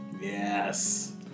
Yes